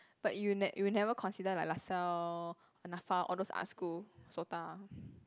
but you ne~ you never consider like Lasalle and Nafa all those art school Sota